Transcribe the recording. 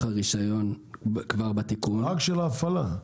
הרישיון כבר בתיקון --- רק של ההפעלה,